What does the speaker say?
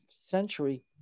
century